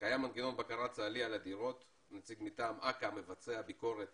קיים מנגנן בקרה צהלי על הדירות ונציג מטעם אכ"א מבצע ביקורת